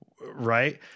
right